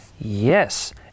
Yes